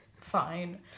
fine